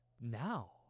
now